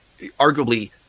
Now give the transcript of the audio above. arguably